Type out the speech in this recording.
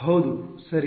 ಹೌದು ಸರಿ